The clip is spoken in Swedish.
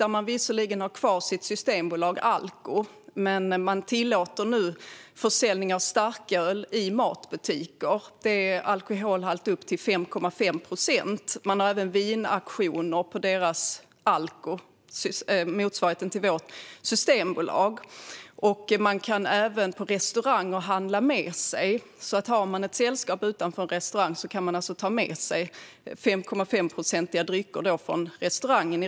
Man har visserligen kvar sitt systembolag, Alko, men tillåter numera försäljning av öl med alkoholhalt upp till 5,5 procent i matbutiker, och på Alko hålls vinauktioner. Man kan även handla med sig 5,5-procentiga drycker från restauranger.